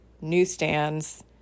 newsstands